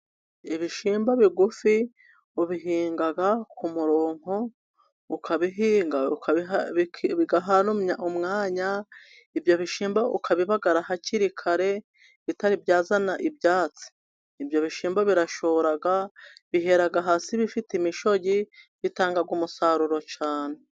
Ibishyimbo bigufi ubihinga ku murongo, ukabihinga bigahana umwanya, ibyo bishyimbo ukabibagara hakiri kare, bitari byazana ibyatsi. Ibyo bishyimbo birashora, bihera hasi bifite imishogi, bitanga umusaruro cyane.